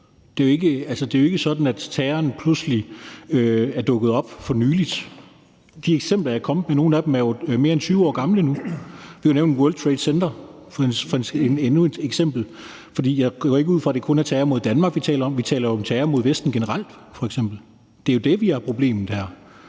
Det er jo ikke sådan, at terroren pludselig er dukket op for nylig. Nogle af de eksempler, jeg er kommet med, er jo mere end 20 år gamle nu. Vi kunne nævne World Trade Center som endnu et eksempel. For jeg går ikke ud fra, at det kun er terror mod Danmark, vi taler om. Vi taler jo om terror mod Vesten generelt. Det er jo det, der er problemet her.